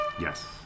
Yes